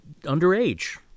underage